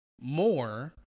more